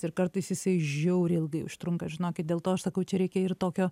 ir kartais jisai žiauriai ilgai užtrunka žinokit dėl to aš sakau čia reikia ir tokio